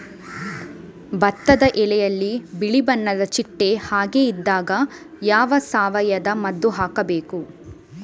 ಭತ್ತದ ಎಲೆಯಲ್ಲಿ ಬಿಳಿ ಬಣ್ಣದ ಚಿಟ್ಟೆ ಹಾಗೆ ಇದ್ದಾಗ ಯಾವ ಸಾವಯವ ಮದ್ದು ಹಾಕಬೇಕು?